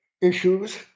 issues